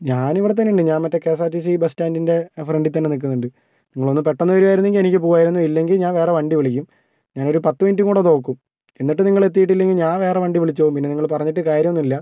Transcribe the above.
ഞാനിവിടെത്തന്നെയുണ്ട് ഞാൻ മറ്റേ K S R T C ബസ്റ്റാന്റിൻ്റെ ഫ്രണ്ടിൽ തന്നെ നിൽക്കുന്നുണ്ട് നിങ്ങളൊന്നു പെട്ടെന്ന് വരികയായിരുന്നെങ്കിൽ എനിക്ക് പോകാമായിരുന്നു ഇല്ലെങ്കിൽ ഞാൻ വേറെ വണ്ടി വിളിക്കും ഞാനൊരു പത്ത് മിനിറ്റ് കൂടെ നോക്കും എന്നിട്ട് നിങ്ങൾ എത്തിയിട്ടില്ലെങ്കിൽ ഞാൻ വേറെ വണ്ടി വിളിച്ച് പോകും പിന്നെ നിങ്ങൾ പറഞ്ഞിട്ട് കാര്യമൊന്നുമില്ല